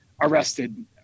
arrested